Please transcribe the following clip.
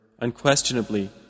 Unquestionably